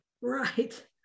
Right